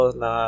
na